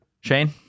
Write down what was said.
Shane